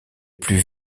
plus